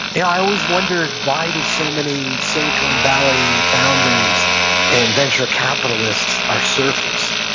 yeah i always wondered why do so many silicon valley founders and venture capitalists are surfers.